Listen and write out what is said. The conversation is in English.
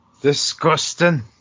Disgusting